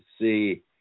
see